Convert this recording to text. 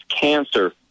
cancer